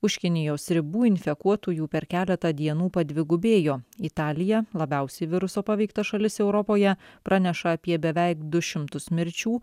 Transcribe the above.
už kinijos ribų infekuotųjų per keletą dienų padvigubėjo italija labiausiai viruso paveikta šalis europoje praneša apie beveik du šimtus mirčių